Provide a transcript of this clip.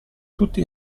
tutti